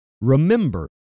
Remember